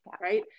right